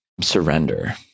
surrender